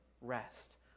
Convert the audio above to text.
rest